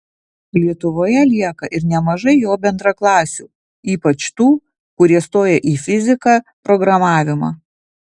lietuvoje lieka ir nemažai jo bendraklasių ypač tų kurie stoja į fiziką programavimą